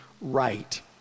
right